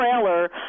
trailer